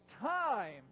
time